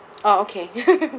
oh okay